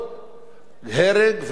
הרג ועוד רצח.